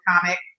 comic